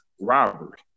robbery